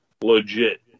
legit